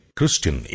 Christian